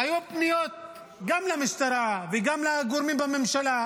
היו פניות גם למשטרה וגם לגורמים בממשלה,